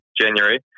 January